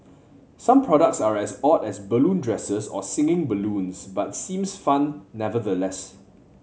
some products are as odd as balloon dresses or singing balloons but seems fun nevertheless